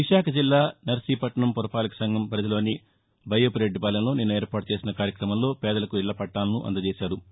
విశాఖపట్టణం జిల్లా నర్సీపట్నం పురపాలిక సంఘం పరిధిలోని బయ్యపురెడ్డిపాలెంలో నిన్న ఏర్పాటు చేసిన కార్యక్రమంలో పేదలకు ఇళ్ల పట్టాలను అందజేశారు